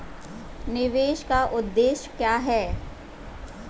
निवेश का उद्देश्य क्या है?